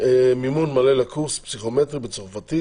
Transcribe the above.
מלא לקורס פסיכומטרי בצרפתית,